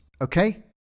okay